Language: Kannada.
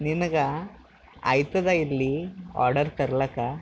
ನಿನಗೆ ಆಗ್ತದ ಇಲ್ಲಿ ಆರ್ಡರ್ ತರ್ಲಕ್ಕ